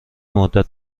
مدت